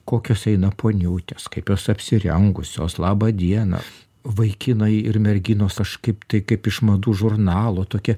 kokios eina poniutės kaip jos apsirengusios laba diena vaikinai ir merginos aš kaip tai kaip iš madų žurnalo tokia